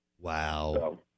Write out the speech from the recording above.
Wow